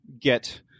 get